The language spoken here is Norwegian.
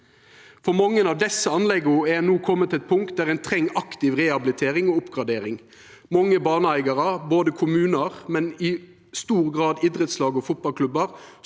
Mange av desse anlegga er no komne til eit punkt der ein treng aktiv rehabilitering og oppgradering. Mange baneeigarar, både kommunar og i stor grad idrettslag og fotballklubbar,